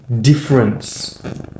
difference